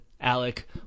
Alec